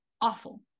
awful